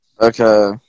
Okay